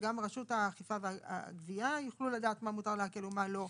שגם רשות האכיפה והגבייה יוכלו לדעת מה מותר לעקל ומה לא,